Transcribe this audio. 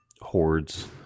hordes